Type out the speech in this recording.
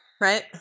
Right